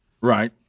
Right